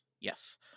Yes